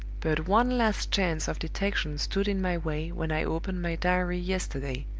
but one last chance of detection stood in my way when i opened my diary yesterday.